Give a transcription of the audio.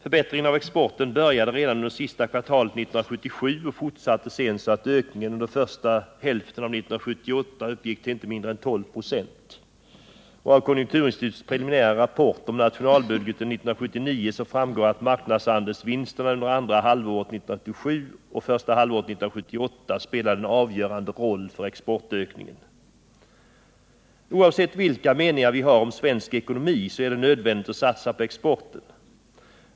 Förbättringen av exporten började redan under sista kvartalet 1977 och fortsatte sedan, så att ökningen under första hälften av 1978 uppgick till inte mindre än 12 26. Av konjunkturinstitutets preliminära rapport om nationalbudgeten 1979 framgår att marknadsandelsvinsterna under andra halvåret 1977 och första halvåret 1978 spelade en avgörande roll för exportökningen. Oavsett vilka meningar vi har om svensk ekonomi så är det nödvändigt att satsa på exporten.